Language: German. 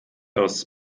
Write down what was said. aus